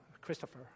Christopher